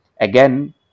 again